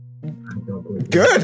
Good